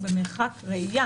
הוא במרחק ראייה.